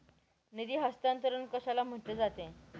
निधी हस्तांतरण कशाला म्हटले जाते?